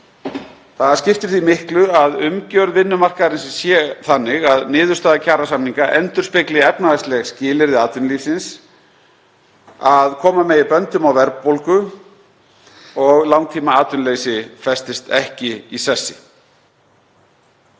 Því skiptir miklu að umgjörð vinnumarkaðarins sé þannig að niðurstaða kjarasamninga endurspegli efnahagsleg skilyrði atvinnulífsins, að koma megi böndum á verðbólgu og langtímaatvinnuleysi festist ekki í sessi.